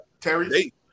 Terry